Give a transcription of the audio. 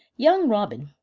young robin,